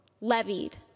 levied